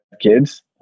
kids